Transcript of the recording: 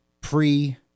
pre